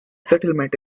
settlement